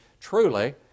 truly